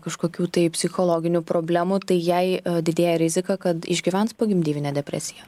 kažkokių tai psichologinių problemų tai jai didėja rizika kad išgyvens pogimdyvinę depresiją